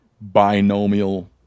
binomial